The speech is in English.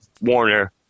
warner